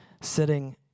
sitting